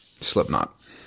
Slipknot